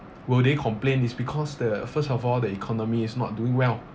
will they complain is because the first of all the economy is not doing well